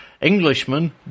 Englishman